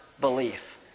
belief